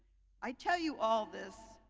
i tell you all this,